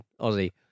Aussie